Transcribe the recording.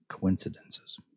coincidences